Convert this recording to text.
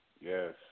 Yes